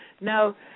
Now